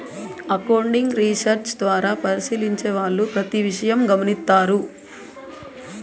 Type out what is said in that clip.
accounting research ద్వారా పరిశీలించే వాళ్ళు ప్రతి విషయం గమనిత్తారు